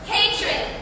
Hatred